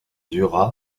dura